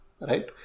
Right